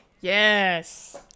Yes